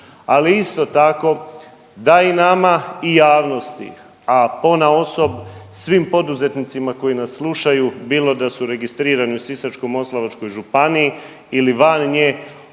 Ali isto tako da i nama i javnosti, a ponaosob svim poduzetnicima koji nas slušaju bilo da su registrirani u Sisačko-moslavačkoj županiji ili van nje